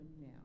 now